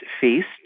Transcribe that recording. feast